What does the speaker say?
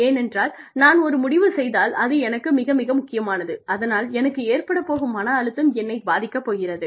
ஏனென்றால் நான் ஒரு முடிவு செய்தால் அது எனக்கு மிக மிக முக்கியமானது அதனால் எனக்கு ஏற்படப் போகும் மன அழுத்தம் என்னைப் பாதிக்கப் போகிறது